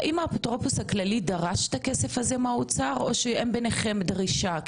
האם האפוטרופוס הכללי דרש את הכסף הזה מהאוצר או שאין ביניכם דרישה,